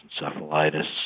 encephalitis